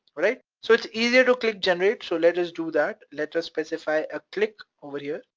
alright? so it's easier to click generate, so let us do that. let us specify a click over here.